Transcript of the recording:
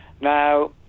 Now